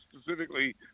specifically